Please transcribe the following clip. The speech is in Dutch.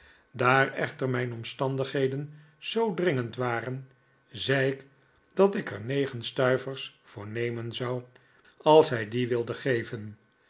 daar echter mijn omstandigheden zoo dringend waren zei ik dat ik er negen stuivers voor nemen zou als hij die wilde geven